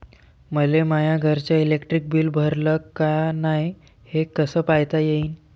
मले माया घरचं इलेक्ट्रिक बिल भरलं का नाय, हे कस पायता येईन?